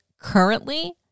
currently